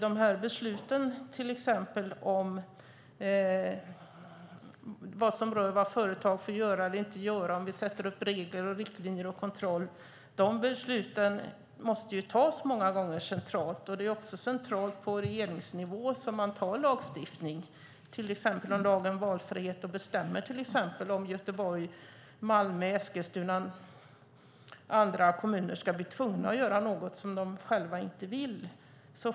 De här besluten om exempelvis vad som rör vad företag får göra eller inte och där vi sätter upp regler, riktlinjer och kontroll måste många gånger fattas centralt. Det är också centralt, på regeringsnivå, som man antar lagstiftning. Jag tänker till exempel på att lagen om valfrihet bestämmer om Göteborg, Malmö, Eskilstuna och andra kommuner ska bli tvungna att göra något som de själva inte vill.